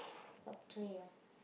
portrait ah